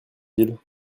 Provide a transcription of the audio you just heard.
ils